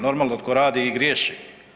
Normalno tko radi i griješi.